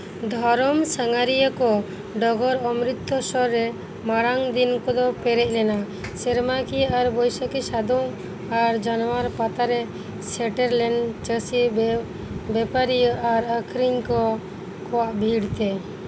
ᱫᱷᱚᱨᱚᱢ ᱥᱟᱸᱜᱷᱟᱨᱤᱭᱟᱹ ᱠᱚ ᱰᱚᱜᱚᱨ ᱚᱢᱨᱤᱛᱛᱚ ᱥᱚᱨ ᱨᱮ ᱢᱟᱲᱟᱝ ᱫᱤᱱ ᱠᱚᱫᱚ ᱯᱮᱨᱮᱡ ᱞᱮᱱᱟ ᱥᱮᱨᱢᱟᱠᱤᱭᱟᱹ ᱟᱨ ᱵᱚᱭᱥᱟᱠᱷᱤ ᱥᱟᱫᱚᱢ ᱟᱨ ᱡᱟᱱᱣᱟᱨ ᱯᱟᱛᱟᱨᱮ ᱥᱮᱴᱮᱨ ᱞᱮᱱ ᱪᱟᱹᱥᱤ ᱵᱮᱣ ᱵᱮᱯᱟᱨᱤᱭᱟᱹ ᱟᱨ ᱟᱹᱠᱷᱨᱤᱧ ᱠᱚ ᱠᱚᱣᱟᱜ ᱵᱷᱤᱲ ᱛᱮ